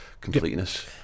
completeness